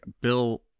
Bill